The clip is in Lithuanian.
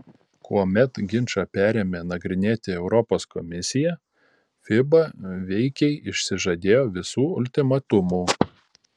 kuomet ginčą perėmė nagrinėti europos komisija fiba veikiai išsižadėjo visų ultimatumų